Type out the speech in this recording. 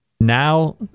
now